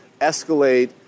escalate